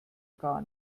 gar